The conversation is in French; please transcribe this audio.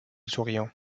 souriant